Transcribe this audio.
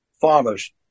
farmers